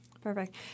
Perfect